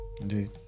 Indeed